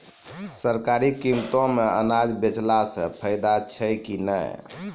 सरकारी कीमतों मे अनाज बेचला से फायदा छै कि नैय?